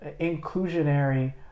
inclusionary